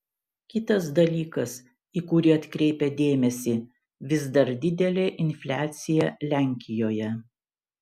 kitas dalykas į kurį atkreipia dėmesį vis dar didelė infliacija lenkijoje